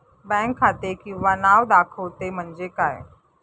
Bank खाते किंवा नाव दाखवते म्हणजे काय?